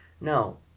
No